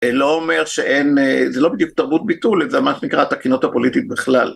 א.. לא אומר שאין, זה לא בדיוק תרבות ביטול, א.. זה מה שנקרא התקינות הפוליטית בכלל.